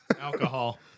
Alcohol